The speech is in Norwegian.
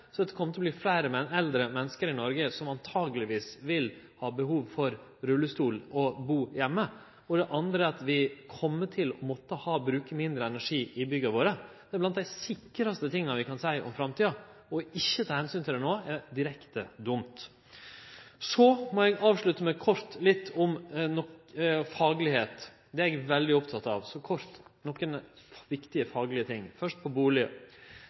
det at det kjem til å verte fleire eldre menneske i Noreg som vil bu heime, og som antakeleg vil ha behov for rullestol. Det andre er at vi kjem til å måtte bruke mindre energi i bygga våre. Det er blant dei sikraste tinga vi kan seie om framtida. Ikkje å ta hensyn til det no er direkte dumt. Punkt 3: Eg må avslutte kort om nokre faglege ting, som eg er veldig oppteken av.